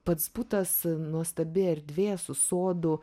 pats butas nuostabi erdvė su sodu